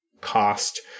cost